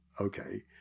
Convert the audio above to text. okay